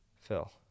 Phil